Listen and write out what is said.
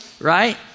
right